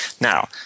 Now